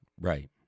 Right